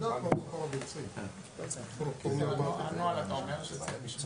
גם במהלך ההכנה של המזון יכול להיות שבתהליך הייצור